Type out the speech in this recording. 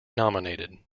nominated